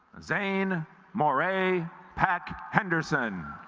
zayn more a pact henderson